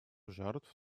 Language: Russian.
жертв